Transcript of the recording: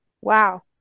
Wow